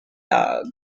dog